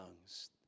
tongues